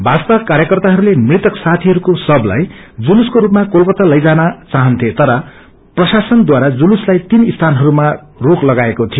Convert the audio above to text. भाजपा कार्यकर्ताहरूले मृतक सागीहरूको शवलाई जुलुसको रूपमा कोलकाता लैजान चाहन्ये तर प्रशासनवारा जुलुसलाई तीन सीनहरूमा रोक लगाएको थियो